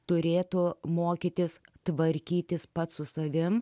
turėtų mokytis tvarkytis pats su savimi